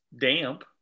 damp